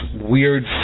weird